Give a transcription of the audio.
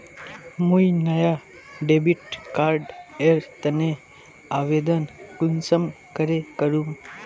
मुई नया debit card एर तने आवेदन कुंसम करे करूम?